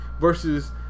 versus